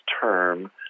term